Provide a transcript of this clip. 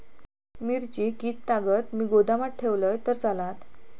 मिरची कीततागत मी गोदामात ठेवलंय तर चालात?